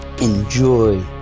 enjoy